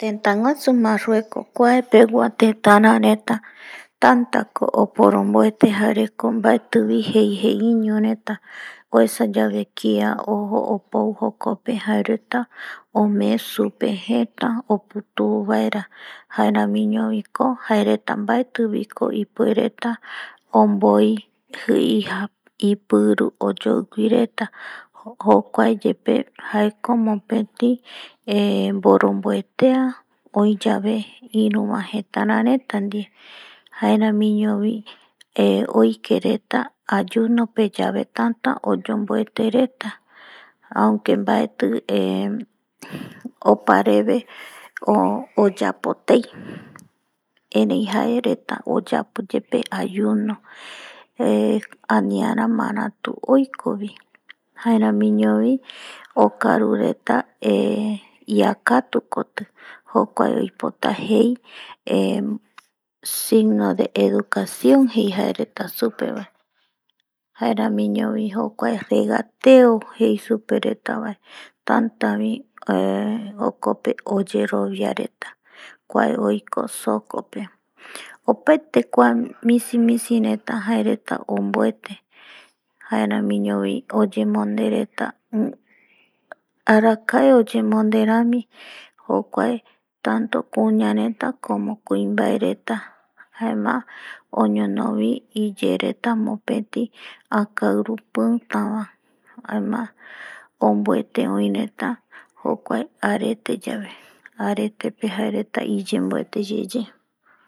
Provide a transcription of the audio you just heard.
Teta guasu marrueko pe kue pegua teta reta tatako oporonbuete jareko baeti bi jei iño reta uesa yave kia ojo opuo jokope kjae reta ome supe jete oputubaera jaeramiño bi ko jae reta baeti biko ipuereta onboi jii ipiru oyoiwi reta jokua ye pe jaeko mopeti boronbuetea oi yave iru ba jetara reta die jaeramiño bi oike reta ayuno pe yave tata oyonbuete reta aunque baeti eh opa reve oyapo tei erei jae reta oyapo yepe ayuno aniara maratu oiko bi jaeramiño bi okaru reta, iakatu koti jokua oipota jei signo educacion jei jae reta supe, jaeramiño bi jokuae regateo jei supe reta ba tata bi jokpe oyerobia reta kuae oiko soco pe opaete kuae misimisi bAe reta jae reta onbuete jaeramiño bi ouyemonde reta arakae oyemonde rami jokuae tanto kuña reta jare kuinbae reta jaema oñono bi iye reta mopeti akairu pita bae jaema onbuete oi reta jokuae areta yae, aretepe jae reta iyenbuete yeye.